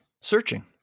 searching